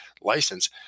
license